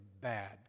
bad